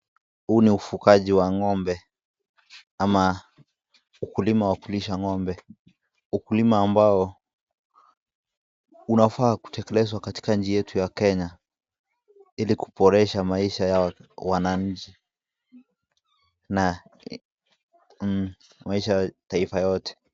Huu ni ufagaji wa ngombe ama ukulima wa kulisha ngombe, ukulima ambao unafaa kutekelezwa katika nchi yetu ya Kenya ili kuboresha maisha ya wananchi na maisha ya taifa yote.